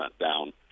down